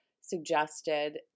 suggested